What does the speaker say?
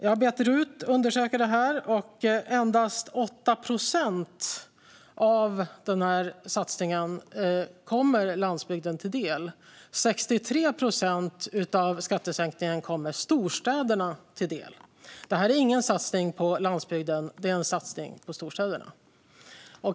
Jag har bett RUT undersöka det här, och endast 8 procent av den här satsningen kommer landsbygden till del. 63 procent av skattesänkningen kommer storstäderna till del. Det här är ingen satsning på landsbygden; det är en satsning på storstäderna.